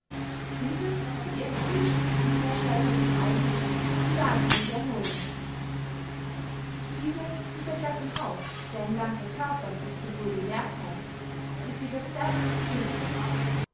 diese mit ihren unstet umherschweifenden augen ist die wahnsinnige anoia diese mit der glatten haut deren ganzer körper sich sowohl genährt zeigt ist die verzärtelte